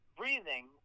breathing